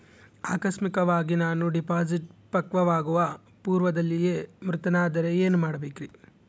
ಆಕಸ್ಮಿಕವಾಗಿ ನಾನು ಡಿಪಾಸಿಟ್ ಪಕ್ವವಾಗುವ ಪೂರ್ವದಲ್ಲಿಯೇ ಮೃತನಾದರೆ ಏನು ಮಾಡಬೇಕ್ರಿ?